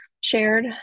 shared